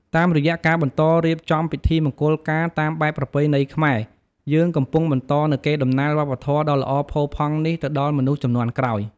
តាមរយៈការបន្តរៀបចំពិធីមង្គលការតាមបែបប្រពៃណីខ្មែរ យើងកំពុងបន្តនូវកេរដំណែលវប្បធម៌ដ៏ល្អផូរផង់នេះទៅដល់មនុស្សជំនាន់ក្រោយ។